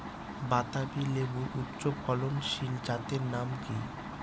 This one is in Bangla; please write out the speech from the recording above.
বাতাবি লেবুর উচ্চ ফলনশীল জাতের নাম কি?